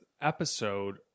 episode